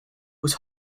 was